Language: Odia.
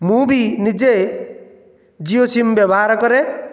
ମୁଁ ବି ନିଜେ ଜିଓ ସିମ୍ ବ୍ୟବହାର କରେ